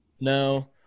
No